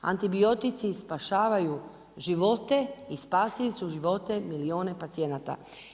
Antibiotici spašavaju živote i spasili su živote milijune pacijenata.